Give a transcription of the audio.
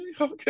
Okay